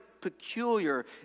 peculiar